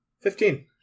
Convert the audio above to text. Fifteen